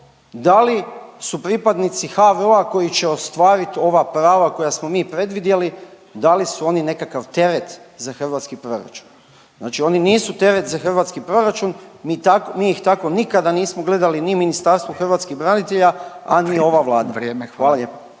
da li su pripadnici HVO-a koji će ostvarit ova prava koja smo mi predvidjeli, da li su oni nekakav teret za hrvatski proračun. Znači oni nisu teret za hrvatski proračun, mi tako, mi ih tako nikada nismo gledali, ni Ministarstvo hrvatskih branitelja, a ni ova Vlada. …/Upadica